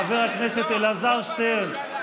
חבר הכנסת אלעזר שטרן,